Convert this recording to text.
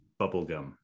bubblegum